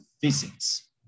physics